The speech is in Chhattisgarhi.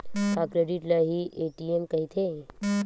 का क्रेडिट ल हि ए.टी.एम कहिथे?